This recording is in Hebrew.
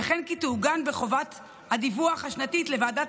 וכן תעוגן בחובת הדיווח השנתית לוועדת